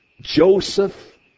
Joseph